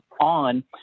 on